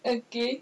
okay